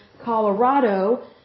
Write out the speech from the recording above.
Colorado